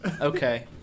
Okay